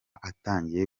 atangiye